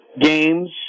games